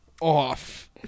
off